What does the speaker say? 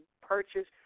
purchase